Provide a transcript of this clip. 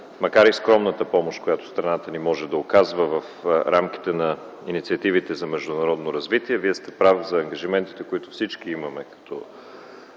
макар и скромната помощ, която страната ни може да оказва в рамките на инициативите за международно развитие. Вие сте прав за ангажиментите, които всички имаме като